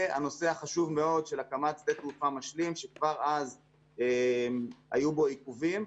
והנושא החשוב של הקמת שדה תעופה משלים שכבר אז היו בו עיכובים.